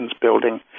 building